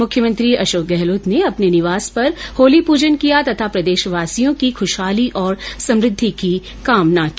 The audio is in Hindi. मुख्यमंत्री अशोक गहलोत ने अपने निवास पर होली पूजन किया तथा प्रदेशवासियों की ख्शहाली और समृद्धि की कामना की